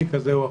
--- כזה או אחר.